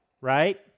right